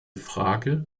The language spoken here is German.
frage